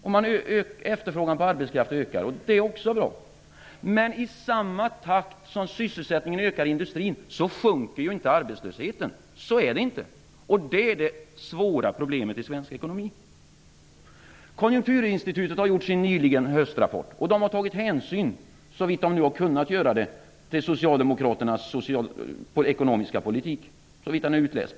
Efterfrågan på arbetskraft ökar. Det är också bra. Men arbetslösheten sjunker ju inte i samma takt som sysselsättningen ökar i industrin. Det är det svåra problemet i svensk ekonomi. Konjunkturinstitutet har nyligen kommit med sin höstrapport. De har, så långt de nu har kunnat, tagit hänsyn till Socialdemokraternas ekonomiska politik i den utsträckning som den är utläsbar.